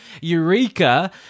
Eureka